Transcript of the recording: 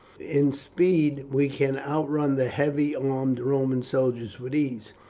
in speed we can outrun the heavy armed roman soldiers with ease,